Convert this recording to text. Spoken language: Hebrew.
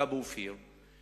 גבי אופיר,